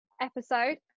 episode